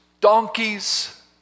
donkeys